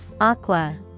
Aqua